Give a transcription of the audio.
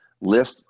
list